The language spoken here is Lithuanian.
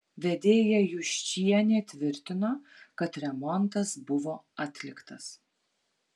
vedėja juščienė tvirtino kad remontas buvo atliktas